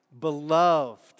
beloved